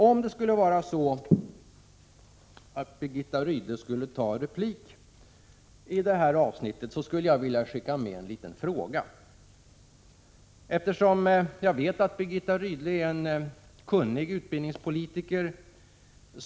Om Birgitta Rydle skulle begära replik i det här avsnittet skulle jag vilja skicka med en liten utdelning. Jag vet att Birgitta Rydle är en kunnig utbildningspolitiker.